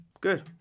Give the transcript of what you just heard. Good